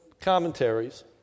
commentaries